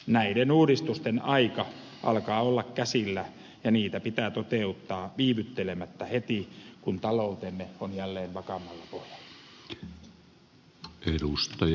näiden uudistusten aika alkaa olla käsillä ja niitä pitää toteuttaa viivyttelemättä heti kun taloutemme on jälleen vakaammalla pohjalla